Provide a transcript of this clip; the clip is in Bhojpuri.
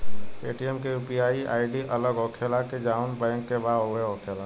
पेटीएम के यू.पी.आई आई.डी अलग होखेला की जाऊन बैंक के बा उहे होखेला?